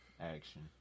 action